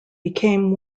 became